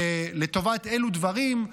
לטובת אילו דברים,